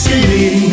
City